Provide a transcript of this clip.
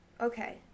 Okay